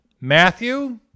Matthew